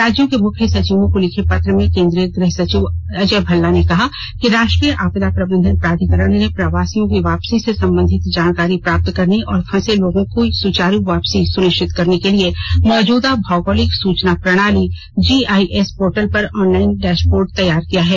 राज्यों के मुख्य सचिवों को लिखे पत्र में केन्द्रीय गृह सचिव अजय भल्ला ने कहा कि राष्ट्रीय आपदा प्रबंधन प्राधिकरण ने प्रवासियों की वापसी से संबंधित जानकारी प्राप्त करने और फंसे लोगों की सुचारू वापसी सुनिश्चित करने के लिये मौजूदा भौगोलिक सुचना प्रणाली जीआईएस पोर्टल पर ऑनलाइन डैशबोर्ड तैयार किया है